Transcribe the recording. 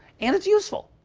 and it's useful.